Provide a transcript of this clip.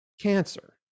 cancer